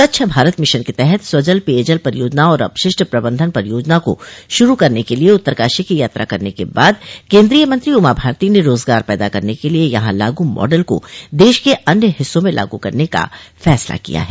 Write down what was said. स्वच्छ भारत मिशन के तहत स्वजल पेयजल परियोजना और अपशिष्ट प्रबंधन परियोजना को शुरू करने के लिए उत्तरकाशी की यात्रा करने के बाद केंद्रीय मंत्री उमा भारती ने रोजगार पैदा करने के लिए यहां लागू मॉडल को देश के अन्य हिस्सों में लागू करने का फैसला किया है